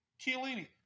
Chiellini